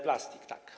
Plastik, tak.